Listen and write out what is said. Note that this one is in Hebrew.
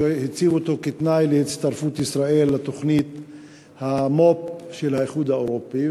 שהוא הציב אותו כתנאי להצטרפות ישראל לתוכנית המו"פ של האיחוד האירופי.